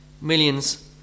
millions